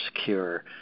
secure